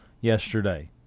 yesterday